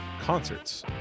concerts